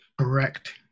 Correct